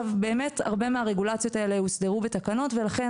באמת הרבה מהרגולציות האלה יוסדרו בתקנות ולכן